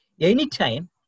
anytime